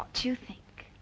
what you think